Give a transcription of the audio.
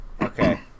Okay